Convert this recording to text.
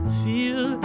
feel